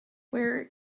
where